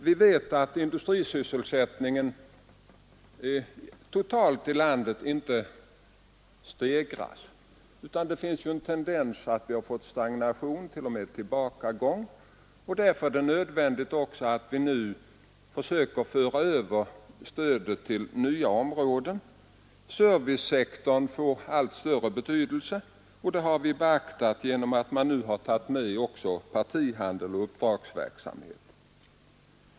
Vi vet att industrisysselsättningen totalt i landet inte stegras utan att det finns en tendens till stagnation och t.o.m. tillbakagång. Därför är det naturligt att vi nu försöker vidga stödet till nya områden. Servicesektorn får allt större betydelse, vilket vi nu beaktat genom att ta med även partihandel och uppdragsverksamhet.